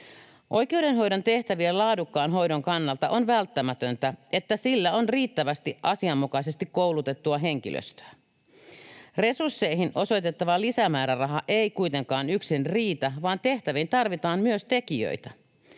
Oikeudenhoidon tehtävien laadukkaan hoidon kannalta on välttämätöntä, että sillä on riittävästi asianmukaisesti koulutettua henkilöstöä. Resursseihin osoitettava lisämääräraha ei kuitenkaan yksin riitä, vaan tehtäviin tarvitaan myös tekijöitä.